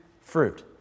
fruit